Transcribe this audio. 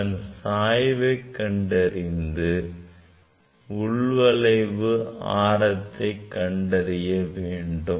அதன் சாய்வை கண்டறிந்து உள்வளைவு ஆரத்தை கண்டறிய வேண்டும்